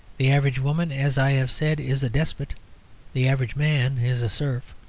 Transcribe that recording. the average woman, as i have said, is a despot the average man is a serf.